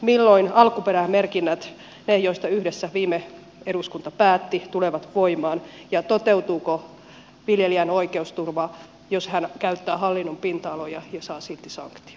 milloin alkuperämerkinnät ne joista yhdessä viime eduskunta päätti tulevat voimaan ja toteutuuko viljelijän oikeusturva jos hän käyttää hallinnon pinta aloja ja saa silti sanktioita